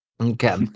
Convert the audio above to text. Okay